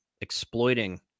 exploiting